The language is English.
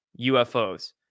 UFOs